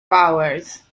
powers